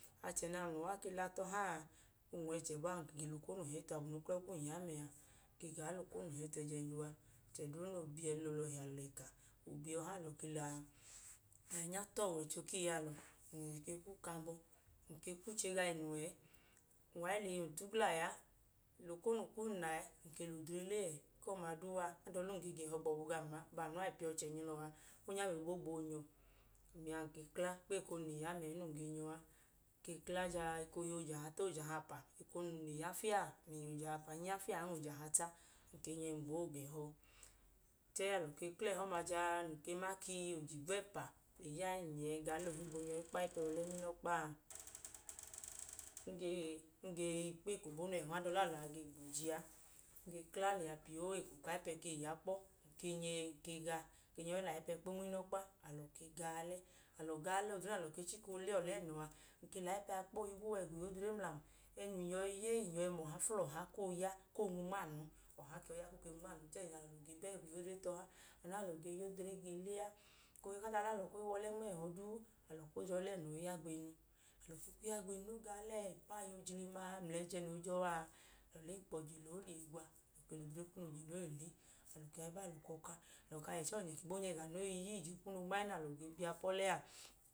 Achẹ na ami mla uwa ke la tọha a, ng lẹ okonu hẹ tu uwa abọ n lẹ uklọ kum ya mẹ a, ng ke gaa lẹ okonu hẹ tu ẹjẹnji uwa. Ẹẹ noo bi ẹhẹ alọ le ka, o bi ọha alọ ke lẹ ahinya ta ọwọicho ku iyalọ. Ng ke kwuche ga inu ẹẹ, ng wa i lẹ iyum tu glaya. Ng lẹ okonu kum na ẹẹ, ng ke lẹ odre le ẹẹ. Eko ọma duu a, ada ọlum ge ga ẹhọ gbọbu gam a, abaa anu a i piya ọchẹnyilọ a, o kwu ya mẹ boobu o gbọọ o i nyọ. Ami a ng ke kla gbeko num le ya mẹ ẹẹ num gen yọ a. Ng kla jaa oje ahata, oje ahapa, eko num le ya fiya, ng le yẹ oje ahapa, ng ke ya fiyan oje ahata. Ng ken yẹ ng gboo ga ẹhọ. chẹẹ alọ ke kla ẹhọ ọma jaa ng ke ma ka ii oje igwẹpa le ya ẹẹ, ng ke nyẹ ga alẹ ohigbu oonyọi kpo ayipẹ wa ọlẹ nma inọkpa a. Ng ge ng ge kpo eko bonu ẹhọn, ada ọlẹ alọ a ge gboji a. Ng ke kla liya piyoo, eko ku ayipẹ a le yak pọ, ng ken yẹ ng ke ga. Ng ga i lẹ ayipẹ kpo nma inọkpa. Alọ ke ga alẹ. Alọ ga alẹ, odre nẹ alọ chika oole ọlẹnọ a, ng ke lẹ ayipẹ a kpo higwu wa ẹga oyodre mla am. Ẹẹ num yọi ya ee, ng yọi mọha fu lẹ ọha koo nwu nma anu, ọha o ke yọi ya koo nwu nma anu. Chẹẹ ẹjẹnji alọ ge ba ẹga oyodre tọha, anu nẹ ẹjẹnji alọ yọi y age le a. Ohi ku ada ọlẹ alọ koo wa ọlẹ nma ẹhọ duu, alọ kwu odre ọlẹnọ i ya gbeyi nu. Alọ ke kwu ya gbeyinu noo ga ọlẹ ipu aya ojilima mla ẹjẹ noo i jọ a, alọ lẹ enkpọ je lọọ koo lẹ iye gwa. Alọ ke lẹ odre kunu je lọọ o i le. Alọ ke wa i ba alọ gboo kọka. Alọ ẹẹ nẹ alọ ge bi apọlẹ a.